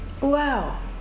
Wow